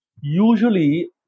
usually